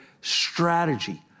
strategy